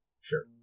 Sure